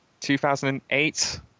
2008